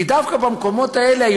כי דווקא במקומות האלה,